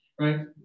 right